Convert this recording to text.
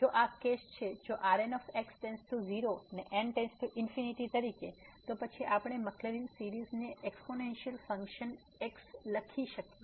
જો આ કેસ છે જો Rnx→0 ને n →∞ તરીકે તો પછી આપણે મક્લરિન સીરીઝ ને એક્સ્પોનેનસીઅલ ફંક્શન x લખી શકીએ